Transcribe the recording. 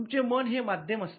तुमचे मन हे माध्यम असते